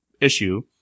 issue